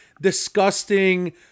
disgusting